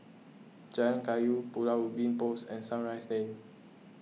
Jalan Kayu Pulau Ubin Police and Sunrise Lane